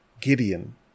Gideon